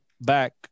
back